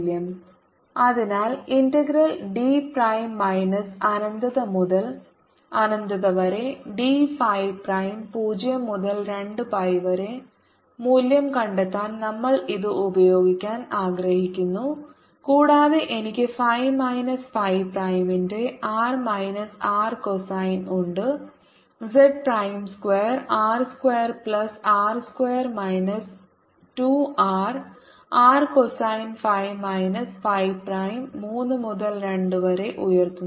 Bin0kz ∞dz02πdϕR rcosϕ ϕz2R2r2 2rRcosϕ 32 അതിനാൽ integral dz prime minus അനന്തത മുതൽ അനന്തത ഡി ഫൈ പ്രൈം 0 മുതൽ 2 പൈ വരെ മൂല്യം കണ്ടെത്താൻ നമ്മൾ ഇത് ഉപയോഗിക്കാൻ ആഗ്രഹിക്കുന്നു കൂടാതെ എനിക്ക് ഫൈ മൈനസ് ഫൈ പ്രൈമിന്റെ ആർ മൈനസ് ആർ കോസൈൻ ഉണ്ട് z prime square R square plus R square minus 2 R R cosine phi minus phi prime 3 മുതൽ 2 വരെ ഉയർത്തുന്നു